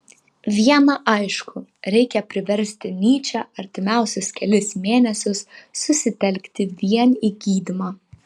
viena aišku reikia priversti nyčę artimiausius kelis mėnesius susitelkti vien į gydymą